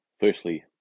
Firstly